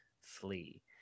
flee